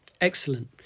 excellent